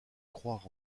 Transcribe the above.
croire